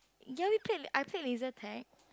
ya we played I played laser tag